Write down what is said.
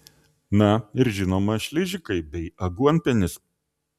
na ir žinoma šližikai bei aguonpienis